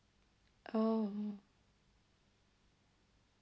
oh